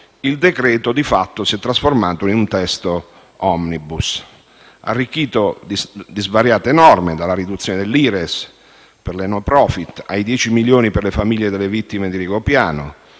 il decreto, di fatto, si è trasformato in un testo *omnibus*, arricchito di svariate norme, che vanno dalla riduzione dell'IRES per le *no profit,* ai 10 milioni per le famiglie delle vittime di Rigopiano;